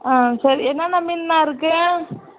ஆ சரி என்னன்னா மீன் அம்மா இருக்கு